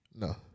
No